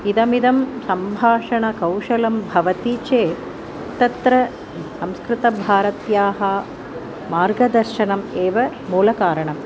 इदमिदं सम्भाषणकौशलं भवति चेत् तत्र संस्कृतभारत्याः मार्गदर्शनम् एव मूलकारणम्